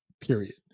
period